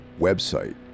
website